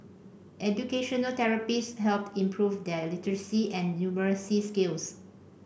educational therapists helped improve their literacy and numeracy skills